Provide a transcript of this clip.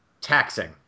taxing